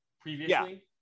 previously